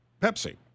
Pepsi